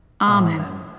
Amen